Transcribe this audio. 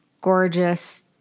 gorgeous